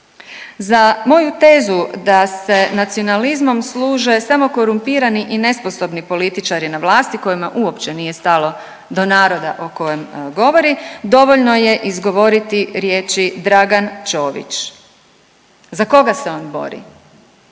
Za moju tezu da se nacionalizmom služe samo korumpirani i nesposobni političari na vlasti kojima uopće nije stalo do naroda o kojem govori dovoljno je izgovoriti riječi Dragan Ćović. Za koga se on bori?